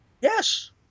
yes